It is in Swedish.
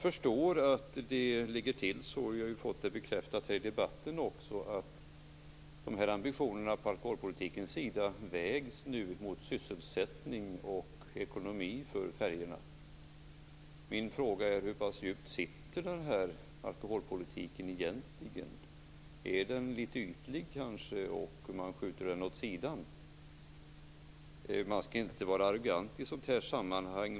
Vi har fått bekräftat i debatten att ambitionerna inom alkoholpolitiken nu vägs mot sysselsättning och ekonomi för färjorna. Hur pass djupt sitter alkoholpolitiken egentligen? Är den litet ytlig? Skjuts den åt sidan? Man skall inte vara arrogant i detta sammanhang.